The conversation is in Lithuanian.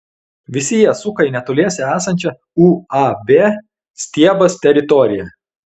visi jie suka į netoliese esančią uab stiebas teritoriją